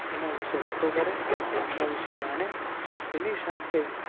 એના વિશે વાતો કરે એને જાણે એની સાથે